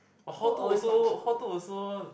but hall two also hall two also